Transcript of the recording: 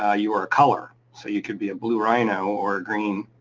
ah you were a color, so you could be a blue rhino or a green